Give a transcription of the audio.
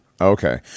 Okay